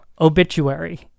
obituary